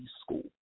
school